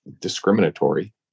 discriminatory